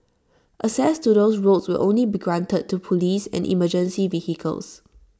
access to those roads will only be granted to Police and emergency vehicles